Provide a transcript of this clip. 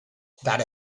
that